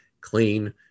clean